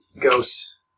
ghost